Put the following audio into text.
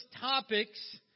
topics